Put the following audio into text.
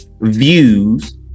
views